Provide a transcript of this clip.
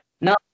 No